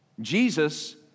Jesus